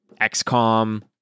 XCOM